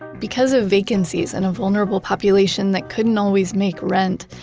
because of vacancies and a vulnerable population that couldn't always make rent,